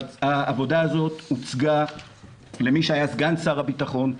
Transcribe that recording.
העבודה הוצגה למי שהיה סגן שר הביטחון,